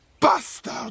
Bastard